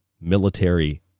military